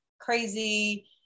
crazy